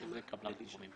שזה קבלן משנה.